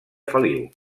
feliu